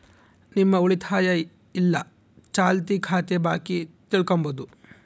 ನಿಮ್ಮ ಉಳಿತಾಯ ಇಲ್ಲ ಚಾಲ್ತಿ ಖಾತೆ ಬಾಕಿ ತಿಳ್ಕಂಬದು